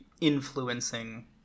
influencing